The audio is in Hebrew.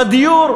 הוא על הדיור.